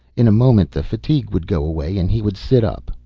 in a moment the fatigue would go away and he would sit up.